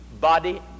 body